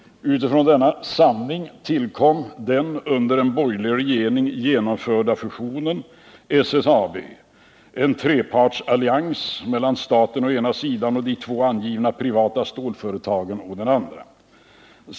Utifrån denna sanning tillkom den under en borgerlig regering genomförda fusionen — SSAB - en trepartsallians mellan staten å ena sidan och de två angivna privata stålföretagen å den andra.